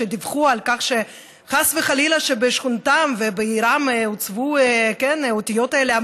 שדיווחו על כך שחס וחלילה בשכונתם ובעירם הוצבו האותיות האלה,